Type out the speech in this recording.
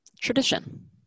tradition